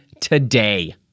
today